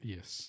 Yes